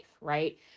right